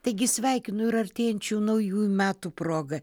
taigi sveikinu ir artėjančių naujųjų metų proga